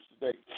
today